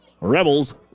Rebels